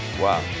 Wow